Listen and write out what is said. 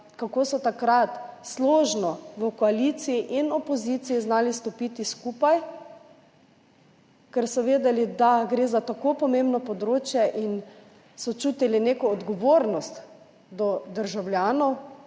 kako so takrat složno v koaliciji in v poziciji znali stopiti skupaj, ker so vedeli, da gre za tako pomembno področje in so čutili neko odgovornost do državljanov,